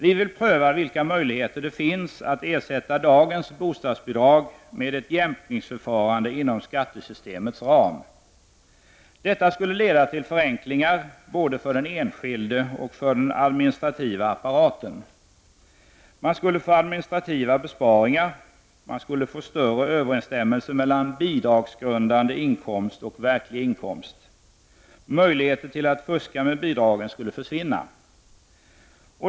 Vi vill pröva vilka möjligheter det finns att ersätta dagens bostadsbidrag med ett jämkningsförfarande inom skattesystemets ram. Detta skulle leda till förenklingar, både för den enskilde och för den administrativa apparaten. Man skulle få administrativa besparingar; man skulle få större överensstämmelse mellan bidragsgrundande inkomst och verklig inkomst. Möjligheter att fuska med bidragen skulle försvinna.